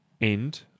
END